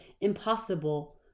impossible